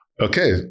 Okay